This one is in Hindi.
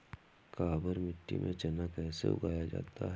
काबर मिट्टी में चना कैसे उगाया जाता है?